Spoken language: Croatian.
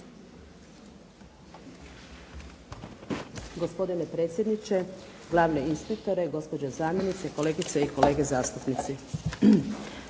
Gospodine predsjedniče, glavni inspektore, gospođo zamjenice, kolegice i kolege zastupnici.